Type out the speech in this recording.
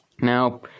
Now